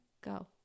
Go